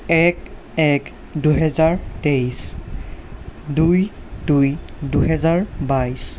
এক এক দুহেজাৰ তেইছ দুই দুই দুহেজাৰ বাইছ